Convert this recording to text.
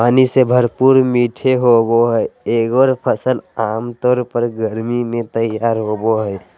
पानी से भरपूर मीठे होबो हइ एगोर फ़सल आमतौर पर गर्मी में तैयार होबो हइ